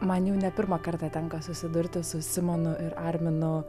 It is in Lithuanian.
man jau ne pirmą kartą tenka susidurti su simonu ir arminu